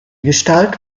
gestalt